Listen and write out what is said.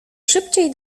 szybciej